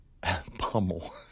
Pummel